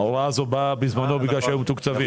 ההוראה הזאת באה בזמנו בגלל שהיו מתוקצבים.